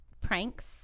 pranks